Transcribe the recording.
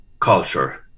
culture